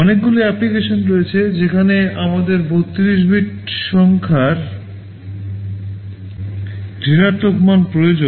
অনেকগুলি অ্যাপ্লিকেশন রয়েছে যেখানে আমাদের 32 বিট সংখ্যার ঋণাত্মক মান প্রয়োজন